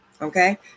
Okay